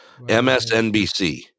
msnbc